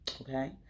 Okay